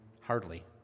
Hardly